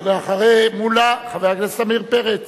אחרי מולה, חבר הכנסת עמיר פרץ,